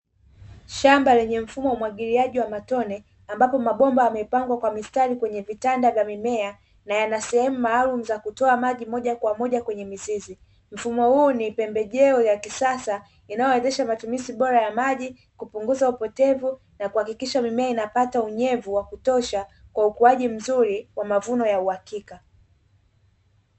Shamba lenye mfumo umwagiliaji wa matone, ambapo mabomba yamepangwa kwa mistari kwenye vitanda vya mimea, na yana sehemu maalumu za kutoa maji moja kwa moja kwenye mizizi, mfumo huu ni pembejeo ya kisasa inayoendesha matumizi bora ya maji, kupunguza upotevu na kuhakikisha mimea inapata unyevu wa kutosha kwa ukuaji mzuri wa mavuno ya uhakika.